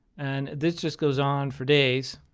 and this just goes on for days,